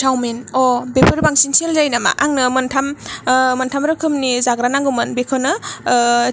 सावमिन अ बेफोर बांसिन सेल जायो नामा आंनो मोन्थाम रोखोमनि जाग्रा नांगौमोन बेखौनो